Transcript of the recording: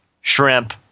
shrimp